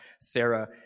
Sarah